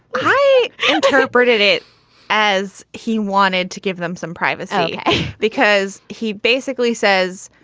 i interpreted it as he wanted to give them some privacy because he basically says,